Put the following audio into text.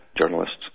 journalists